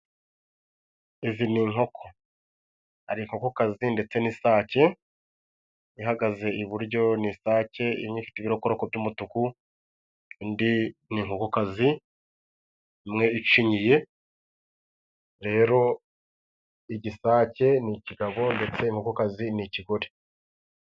Izi ni inkoko: hari inkokokazi ndetse n'isake. Ihagaze iburyo n'isake imwe ifite ibirokoroko by'umutuku indi n'inkokokazi imwe icinyiye. Rero igisake n'ikigabo ndetse inkokazi n'ikigore